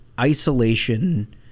isolation